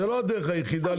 זאת לא הדרך היחידה.